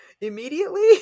immediately